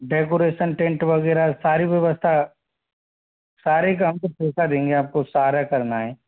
decoration tent वगैरह सारी व्यवस्था सारे काम का पैसा देंगे आपको सारा करना है